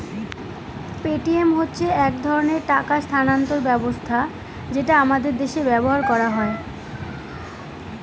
Paytm হচ্ছে এক ধরনের টাকা স্থানান্তর ব্যবস্থা যেটা আমাদের দেশে ব্যবহার করা হয়